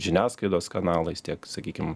žiniasklaidos kanalais tiek sakykim